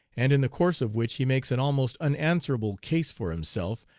and in the course of which he makes an almost unanswerable case for himself,